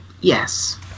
yes